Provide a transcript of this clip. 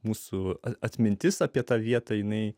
mūsų atmintis apie tą vietą jinai